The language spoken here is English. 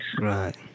right